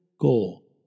Goal